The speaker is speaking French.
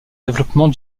développement